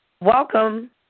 Welcome